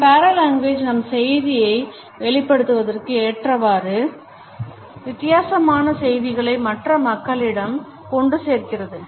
நம் paralanguage நாம் செய்தியை வெளிப்படுத்துவதற்க்கு ஏற்றவாறு வித்தியாசமான செய்திகளை மற்ற மக்களிடம் கொண்டு சேர்க்கிறது